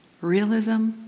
realism